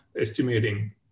estimating